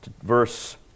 verse